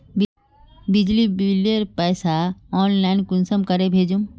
बिजली बिलेर पैसा ऑनलाइन कुंसम करे भेजुम?